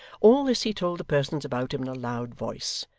all this he told the persons about him in a loud voice,